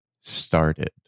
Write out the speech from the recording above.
started